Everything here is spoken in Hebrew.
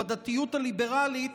בדתיות הליברלית,